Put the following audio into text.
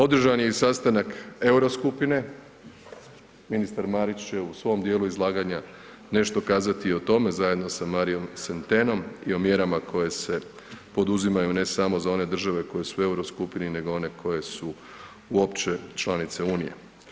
Održan je i sastanak euro skupine, ministar Marić će u svom dijelu izlaganja nešto kazati i o tome zajedno sa Marijom Sentenom i o mjerama koje se poduzimaju, ne samo za one države koje su u euro skupini, nego i one koje su uopće članice unije.